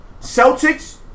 Celtics